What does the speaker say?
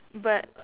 but